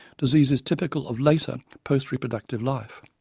diseases typical of later, post-reproductive life.